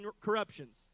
corruptions